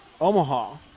Omaha